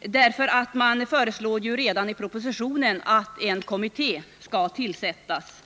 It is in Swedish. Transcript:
För det första föreslås ju redan i propositionen att en kommitté skall tillsättas